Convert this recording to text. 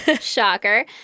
Shocker